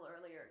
earlier